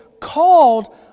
called